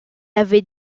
avait